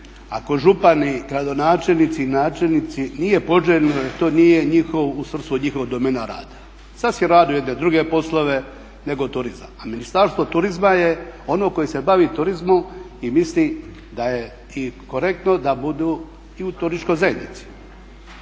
Ali župani, gradonačelnici i načelnici nije poželjno jer to nije u svrsi njihove domene rada. …/Govornik se ne razumije./… jedne druge poslove nego turizam. A ministarstvo turizma je ono koje se bavi turizmom i misli da je i korektno da budu i u turističkoj zajednici.